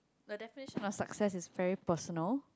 the definition of success is very personal